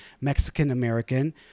Mexican-American